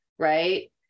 Right